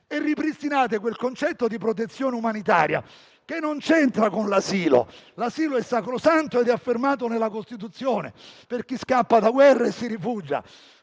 inoltre, quel concetto di protezione umanitaria che non c'entra con l'asilo, che è sacrosanto e affermato nella Costituzione per chi scappa da guerre e cerca rifugio.